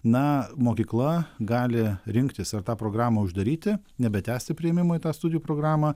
na mokykla gali rinktis ar tą programą uždaryti nebetęsti priėmimo į tą studijų programą